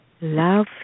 Love